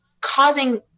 causing